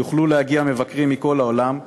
יוכלו להגיע מבקרים מכל העולם,